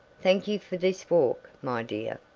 thank you for this walk, my dear.